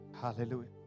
Hallelujah